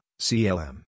CLM